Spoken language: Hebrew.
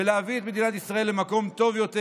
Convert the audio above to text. ולהביא את מדינת ישראל למקום טוב יותר,